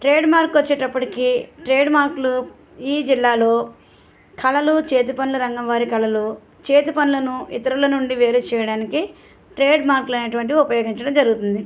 ట్రేడ్మార్క్కి వచ్చేటప్పటికి ట్రేడ్మార్క్లు ఈ జిల్లాలో కళలు చేతిపనుల రంగం వారి కళలు చేతిపనులను ఇతరుల నుండి వేరు చేయడానికి ట్రేడ్మార్క్లు అనేటువంటివి ఉపయోగించడం జరుగుతుంది